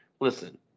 Listen